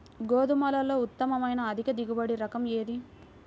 గోధుమలలో ఉత్తమమైన అధిక దిగుబడి రకం ఏది?